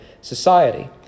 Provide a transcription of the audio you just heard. society